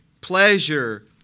pleasure